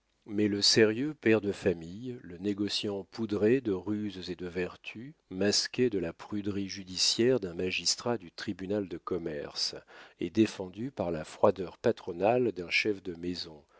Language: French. mais le sérieux père de famille le négociant poudré de ruses et de vertus masqué de la pruderie judiciaire d'un magistrat du tribunal de commerce et défendu par la froideur patronale d'un chef de maison